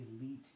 elite